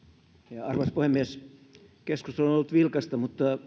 arvoisa puhemies keskustelu on ollut vilkasta mutta